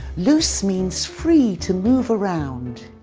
loose means free to move around.